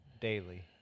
daily